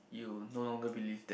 you no longer believe that